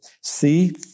See